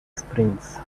sprints